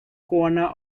corner